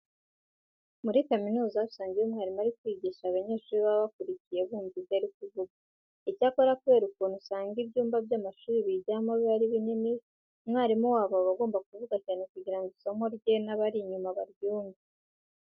Muri kaminuza usanga iyo umwarimu ari kwigisha abanyeshuri baba bakurikiye bumva ibyo ari kuvuga. Icyakora kubera ukuntu usanga ibyumba abanyeshuri bigiramo biba ari binini, umwarimu wabo aba agomba kuvuga cyane kugira ngo isomo rye n'abari inyuma baryumve.